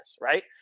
right